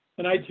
and i, too,